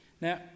Now